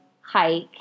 hike